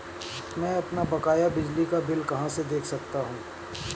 मैं अपना बकाया बिजली का बिल कहाँ से देख सकता हूँ?